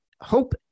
HOPE